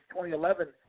2011